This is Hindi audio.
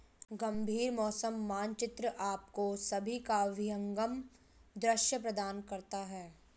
गंभीर मौसम मानचित्र आपको सभी का विहंगम दृश्य प्रदान करता है